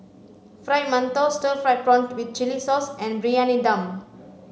fried mantou stir fried prawn with chili sauce and briyani dum